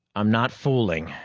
i'm not fooling.